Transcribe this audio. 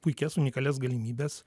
puikias unikalias galimybes